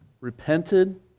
repented